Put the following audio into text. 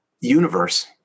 universe